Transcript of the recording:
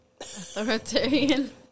Authoritarian